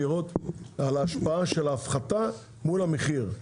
לראות את ההשפעה של ההפחתה על המחיר.